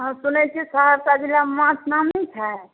हँ सुनै छिए सहरसा जिलामे माछ नामी छै